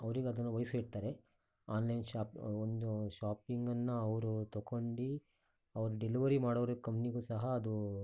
ಅವರಿಗೆ ಅದನ್ನು ವಹಿಸಿಡ್ತಾರೆ ಆನ್ಲೈನ್ ಶಾಪ್ ಒಂದು ಶಾಪಿಂಗನ್ನು ಅವರು ತಗೊಂಡು ಅವ್ರು ಡಿಲಿವರಿ ಮಾಡೋರ ಕಂಪ್ನಿಗೂ ಸಹ ಅದು